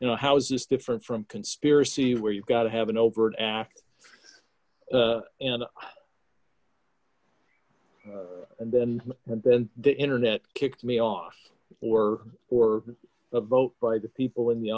you know how is this different from conspiracy where you've got to have an overt act and and then and then the internet kicked me off or or vote by the people in the